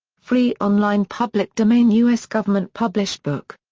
free online public domain us government published book.